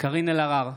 קארין אלהרר,